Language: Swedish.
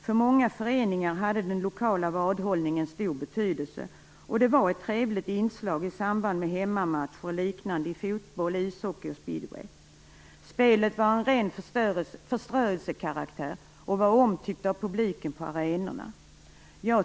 För många föreningar hade den lokala vadhållningen stor betydelse och var ett trevligt inslag i samband med hemmamatcher och liknande i fotboll, ishockey och speedway. Spelet var av ren förströelsekaraktär och var omtyckt av publiken på arenorna.